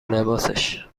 لباسش